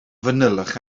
fanylach